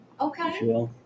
Okay